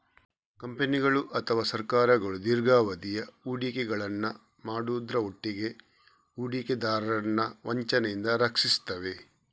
ಕಂಪನಿಗಳು ಅಥವಾ ಸರ್ಕಾರಗಳು ದೀರ್ಘಾವಧಿಯ ಹೂಡಿಕೆಗಳನ್ನ ಮಾಡುದ್ರ ಒಟ್ಟಿಗೆ ಹೂಡಿಕೆದಾರರನ್ನ ವಂಚನೆಯಿಂದ ರಕ್ಷಿಸ್ತವೆ